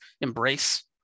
embrace